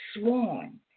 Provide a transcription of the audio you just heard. sworn